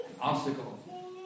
obstacle